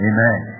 Amen